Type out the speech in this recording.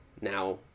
now